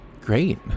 great